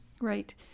Right